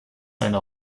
eine